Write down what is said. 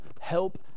help